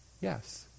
yes